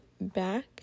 back